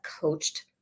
coached